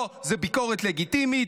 לא, זה ביקורת לגיטימית.